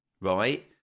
right